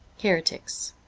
heretics